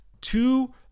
two